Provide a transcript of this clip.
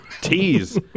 Tease